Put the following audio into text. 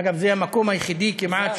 אגב, זה המקום היחידי כמעט